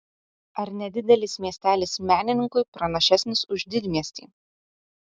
ar nedidelis miestelis menininkui pranašesnis už didmiestį